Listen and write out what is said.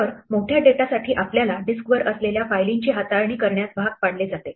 तर मोठ्या डेटासाठी आपल्याला डिस्कवर असलेल्या फायलींची हाताळणी करण्यास भाग पाडले जाते